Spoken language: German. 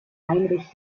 heinrich